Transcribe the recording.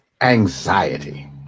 anxiety